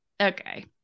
okay